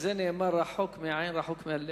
על זה נאמר: רחוק מהעין רחוק מהלב.